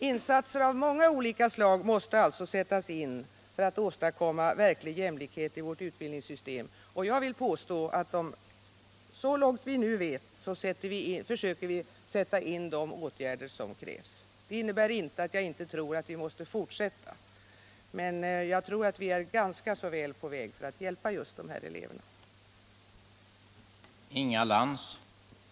Insatser av många olika slag måste alltså sättas in för att åstadkomma verklig jämlikhet i vårt utbildningssystem, och jag vill påstå att så långt vi nu vet försöker vi sätta in de åtgärder som krävs. Det innebär inte att jag inte tror att vi måste fortsätta, men jag tror att vi är ganska väl på väg för att hjälpa just de elever som har det svårast i skolan.